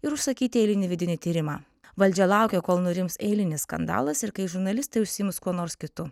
ir užsakyti eilinį vidinį tyrimą valdžia laukia kol nurims eilinis skandalas ir kai žurnalistai užsiims kuo nors kitu